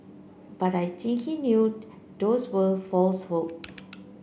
but I think he knew those were false hope